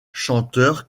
chanteur